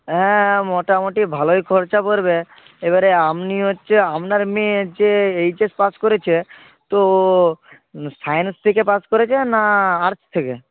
হ্যাঁ মোটামোটি ভালোই খরচা পড়বে এবারে আপনি হচ্ছে আপনার মেয়ে যে এইচএস পাস করেছে তো সায়েন্স থেকে পাস করেছে না আর্টস থেকে